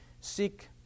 seek